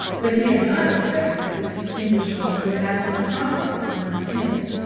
but he had not expected that this distinguished woman would act so promptly upon his hint.